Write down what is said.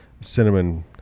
cinnamon